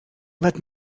let